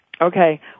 Okay